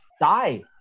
die